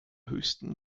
höchsten